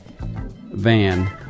van